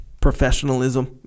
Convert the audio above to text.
professionalism